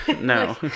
No